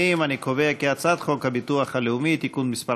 חוק הביטוח הלאומי (תיקון מס'